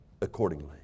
accordingly